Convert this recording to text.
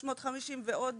350 ועוד